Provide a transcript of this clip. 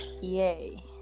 Yay